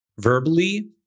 Verbally